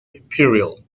imperial